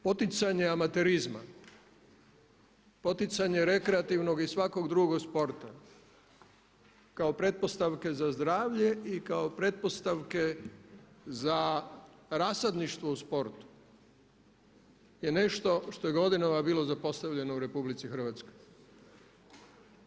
Poticanje amaterizma, poticanje rekreativnog i svakog drugog sporta kao pretpostavke za zdravlje i kao pretpostavke za rasadništvo u sportu je nešto što je godinama bilo zapostavljeno u Republici Hrvatskoj.